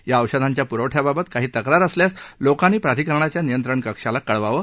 या औषधांच्या पुरवठ्याबाबत काही तक्रार असल्यास लोकांनी प्राधिकरणाच्या नियंत्रण कक्षाला कळवावं